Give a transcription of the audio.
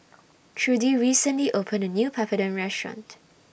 Trudie recently opened A New Papadum Restaurant